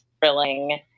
thrilling